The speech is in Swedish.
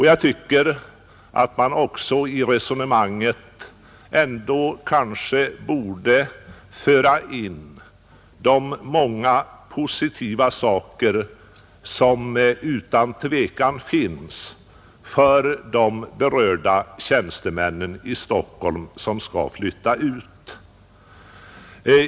Jag tycker att man i resonemanget också borde föra in de många positiva följder som utflyttningen får för de berörda tjänstemännen i Stockholm.